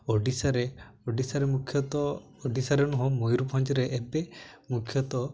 ଓଡ଼ିଶାରେ ଓଡ଼ିଶାରେ ମୁଖ୍ୟତଃ ଓଡ଼ିଶାରେ ନୁହେଁ ମୟୂରଭଞ୍ଜରେ ଏବେ ମୁଖ୍ୟତଃ